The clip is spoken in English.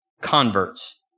converts